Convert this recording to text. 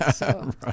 Right